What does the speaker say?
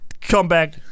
comeback